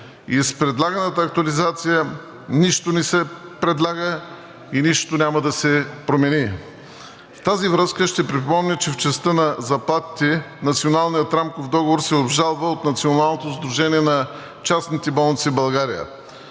и с предлаганата актуализация нищо не се предлага и нищо няма да се промени. В тази връзка ще припомня, че в частта на заплатите Националният рамков договор се обжалва от Националното сдружение на частните болници в България.